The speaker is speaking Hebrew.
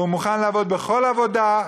הוא מוכן לעבוד בכל עבודה,